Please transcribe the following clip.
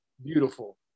Beautiful